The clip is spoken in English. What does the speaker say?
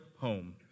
home